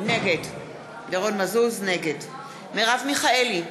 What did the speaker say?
נגד מרב מיכאלי,